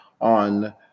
on